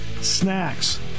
snacks